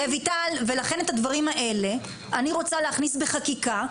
רויטל ולכן את הדברים האלה אני רוצה להכניס בחקיקה.